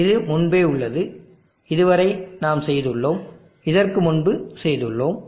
இது முன்பே உள்ளது இது வரை நாம் செய்துள்ளோம் இதற்கு முன்பு செய்துள்ளோம்